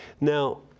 Now